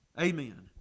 Amen